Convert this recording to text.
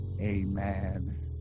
Amen